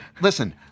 listen